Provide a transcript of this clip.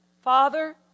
Father